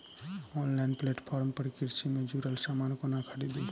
Online platform पर कृषि सँ जुड़ल समान कोना खरीदी?